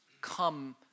come